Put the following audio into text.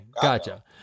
gotcha